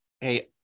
Hey